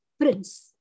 prince